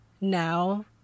now